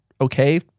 okay